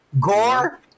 Gore